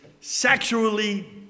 sexually